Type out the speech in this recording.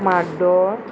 माडोळ